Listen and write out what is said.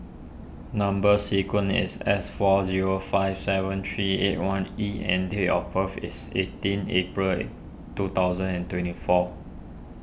Number Sequence is S four zero five seven three eight one E and date of birth is eighteen April two thousand and twenty four